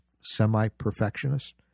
semi-perfectionist